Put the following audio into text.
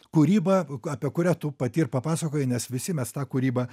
kūrybą apie kurią tu pati ir papasakojai nes visi mes tą kūrybą